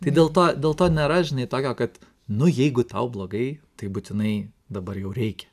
tai dėl to dėl to nėra žinai tokio kad nu jeigu tau blogai tai būtinai dabar jau reikia